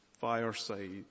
fireside